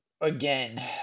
again